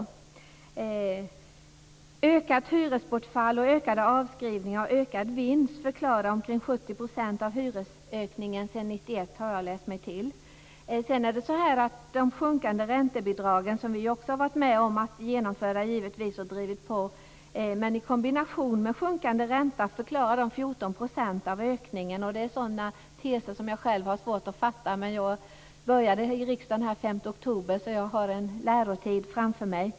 Ökat hyresbortfall, ökade avskrivningar och ökad vinst förklarar omkring 70 % av hyresökningen sedan 1991, har jag läst mig till. De sjunkande räntebidragen, som vi också givetvis har varit med och drivit på för att genomföra, i kombination med den sjunkande räntan förklarar de 14 procenten av ökningen. Detta är sådana teser som jag själv har svårt att förstå. Men jag kom in här i riksdagen den 5 oktober, så jag har en lärotid framför mig.